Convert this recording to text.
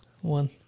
One